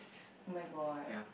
oh-my-god